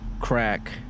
crack